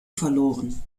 verloren